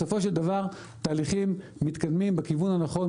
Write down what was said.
בסופו של דבר תהליכים מתקדמים בכיוון הנכון